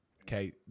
okay